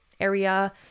area